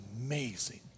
amazing